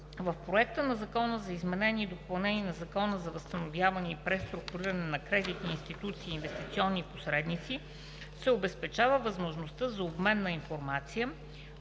в Проекта на Закона за изменение и допълнение на Закона за възстановяване и преструктуриране на кредитни институции и инвестиционни посредници се обезпечава възможността за обмен на информация